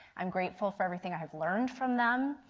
i am grateful for everything i have learned from them.